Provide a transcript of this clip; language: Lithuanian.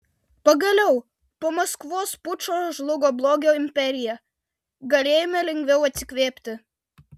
pagaliau po maskvos pučo žlugo blogio imperija galėjome lengviau atsikvėpti